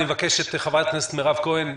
אני מבקש את חברת הכנסת מירב כהן,